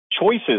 choices